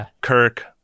Kirk